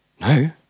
No